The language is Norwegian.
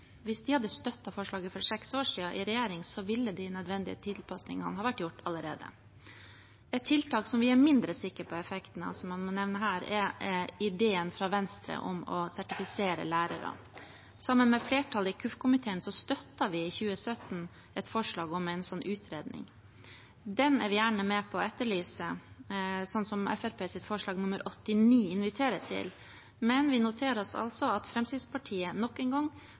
Hvis de hadde støttet forslaget for seks år siden i regjering, ville de nødvendige tilpasningene ha vært gjort allerede. Et tiltak som vi er mindre sikker på effekten av, som man må nevne her, er ideen fra Venstre om å sertifisere lærerne. Sammen med flertallet i kirke-, utdannings- og forskningskomiteen støttet vi i 2017 et forslag om en slik utredning. Den er vi gjerne med på å etterlyse, slik som Fremskrittspartiets forslag nr. 89 inviterer til. Men vi noterer oss at Fremskrittspartiet nok en gang